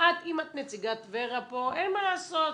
אם את נציגת ור"ה פה, אין מה לעשות.